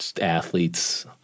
athletes